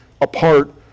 apart